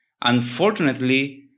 Unfortunately